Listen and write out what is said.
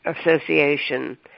Association